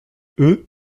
eux